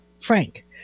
frank